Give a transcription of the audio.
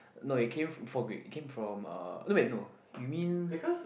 no it came f~ before Greek it came from uh wait no you mean